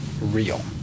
real